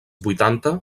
vuitanta